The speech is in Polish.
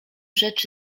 rzecz